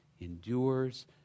endures